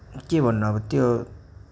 के भन्नु अब त्यो